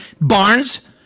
Barnes